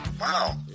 Wow